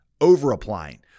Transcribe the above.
over-applying